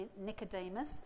Nicodemus